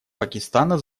пакистана